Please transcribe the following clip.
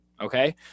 okay